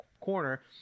corner